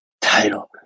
title